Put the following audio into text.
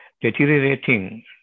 deteriorating